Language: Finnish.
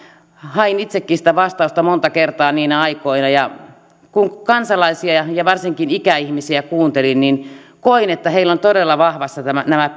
hain itsekin sitä vastausta monta kertaa niinä aikoina kun kansalaisia ja varsinkin ikäihmisiä kuunteli niin koin että heillä on todella vahvassa nämä